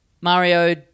Mario